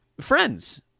friends